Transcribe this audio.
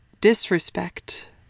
disrespect